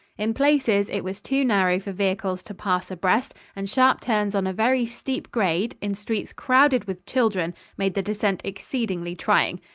in places it was too narrow for vehicles to pass abreast, and sharp turns on a very steep grade, in streets crowded with children, made the descent exceedingly trying.